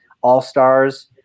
All-Stars